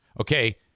Okay